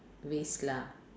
waste lah